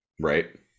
Right